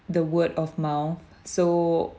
the word of mouth so